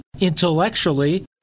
intellectually